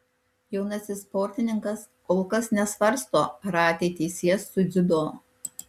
jaunasis sportininkas kol kas nesvarsto ar ateitį sies su dziudo